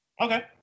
Okay